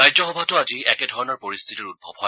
ৰাজ্যসভাতো আজি একে ধৰণৰ পৰিস্থিতিৰ উদ্ভৱ হয়